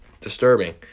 disturbing